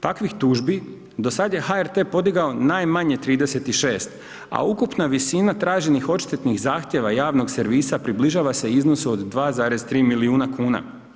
Takvih tužbi do sad je HRT podigao najmanje 36, a ukupna visina traženih odštetnih zahtjeva javnog servisa približava se iznosu od 2,3 milijuna kn.